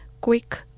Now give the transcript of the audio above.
quick